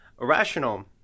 irrational